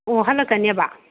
ꯑꯣ ꯍꯟꯂꯛꯀꯅꯦꯕ